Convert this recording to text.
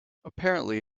apparently